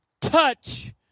touch